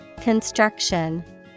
Construction